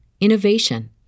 innovation